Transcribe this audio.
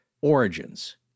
origins